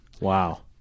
Wow